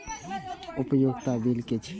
उपयोगिता बिल कि छै?